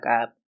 up